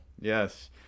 Yes